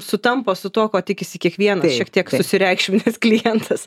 sutampa su tuo ko tikisi kiekvienas šiek tiek susireikšminęs klientas